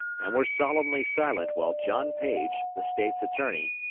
and were solemnly silent while john paige, the state's attorney,